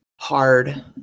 hard